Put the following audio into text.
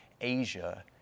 Asia